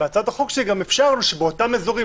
בהצעת החוק שלי גם אפשרנו שבאותם אזורים